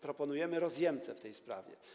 Proponujemy rozjemcę w tej sprawie.